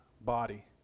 body